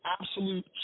absolute